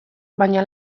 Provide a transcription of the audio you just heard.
baina